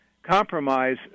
compromise